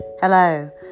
Hello